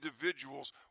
individuals